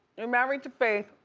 you're married to faith.